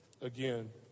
again